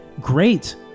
great